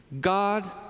God